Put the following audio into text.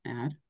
add